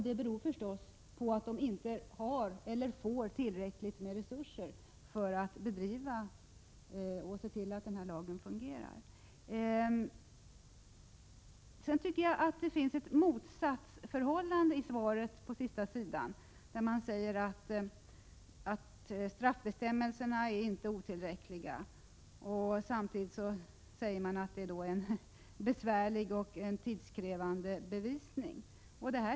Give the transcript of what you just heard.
Det beror naturligtvis på att den inte får tillräckligt med resurser för att se till att lagen fungerar. Det finns ett motsatsförhållande i svaret. På s. 2 konstaterar justitieministern att straffbestämmelserna inte är otillräckliga. Samtidigt säger han att det är ”en besvärlig och tidskrävande uppgift att få fram ——— bevisning”.